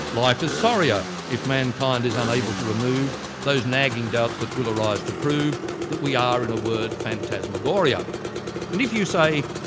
life is sorrier if mankind is unable to remove those nagging doubts that will arise to prove that we are in a word, phantasmagoria. and if you say,